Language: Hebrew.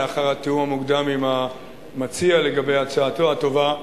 לאחר התיאום המוקדם עם המציע לגבי הצעתו הטובה,